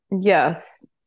Yes